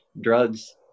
drugs